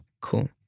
cool